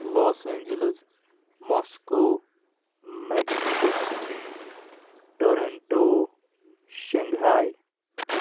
Los Angeles Moscow Mexico city Toronto Shanghai